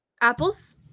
Apples